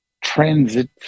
transit